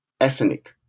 ethnic